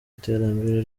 iterambere